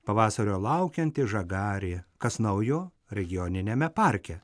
pavasario laukianti žagarė kas naujo regioniniame parke